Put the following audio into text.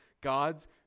God's